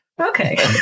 Okay